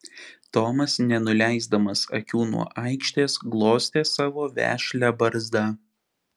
tomas nenuleisdamas akių nuo aikštės glostė savo vešlią barzdą